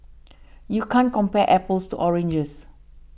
you can't compare apples to oranges